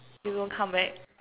you don't come back